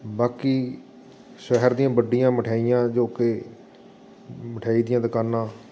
ਬਾਕੀ ਸ਼ਹਿਰ ਦੀਆਂ ਵੱਡੀਆਂ ਮਠਿਆਈਆਂ ਜੋ ਕਿ ਮਿਠਾਈ ਦੀਆਂ ਦੁਕਾਨਾਂ